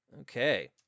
Okay